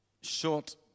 short